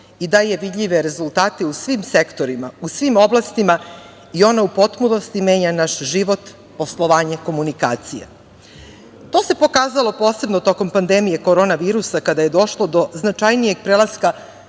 i daje vidljive rezultate u svim sektorima, u svim oblastima i ona u potpunosti menja naš život, poslovanje, komunikaciju. To se pokazalo posebno tokom pandemije korona virusa, kada je došlo do značajnijeg prelaska